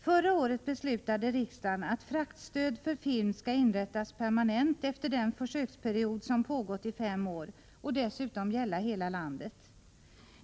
Förra året beslutade riksdagen att fraktstöd för film skall inrättas permanent efter den försöksperiod som pågått i fem år. Dessutom skulle det gälla hela landet.